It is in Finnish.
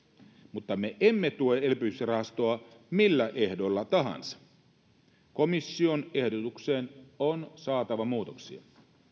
mutta me emme tue elpymisrahastoa millä ehdoilla tahansa komission ehdotukseen on saatava muutoksia